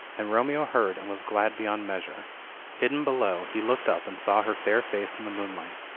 and romeo heard and was glad beyond measure hidden below, he looked up and saw her fair face in the moonlight,